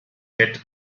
fett